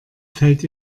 fällt